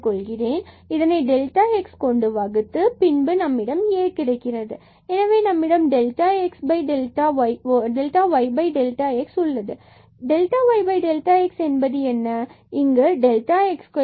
எடுத்துக்கொள்கிறோம் இதனை x வகுத்தால் பின்பு A கிடைக்கிறது எனவே நம்மிடம் உள்ளது yx what is yx